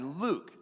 Luke